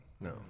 No